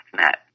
net